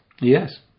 Yes